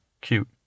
cute